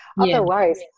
Otherwise